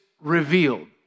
revealed